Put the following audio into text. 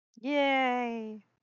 Yay